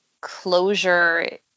closure